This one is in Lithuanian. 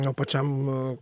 o pačiam